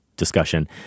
discussion